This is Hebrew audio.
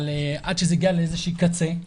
עד שזה הגיע לאיזשהו קצה.